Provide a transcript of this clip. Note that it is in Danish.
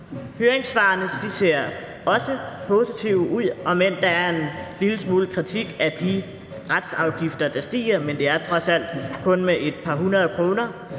Høringssvarene ser også positive ud, om end der er en lille smule kritik af de retsafgifter, der stiger. Men det er trods alt kun med et par hundrede kroner.